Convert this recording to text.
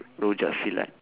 rojak silat